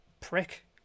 prick